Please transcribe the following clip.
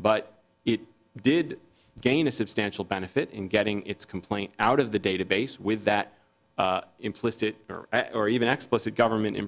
but it did gain a substantial benefit in getting its complaint out of the database with that implicit or even explicit government in